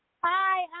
Hi